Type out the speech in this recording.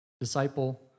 disciple